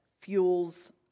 fuels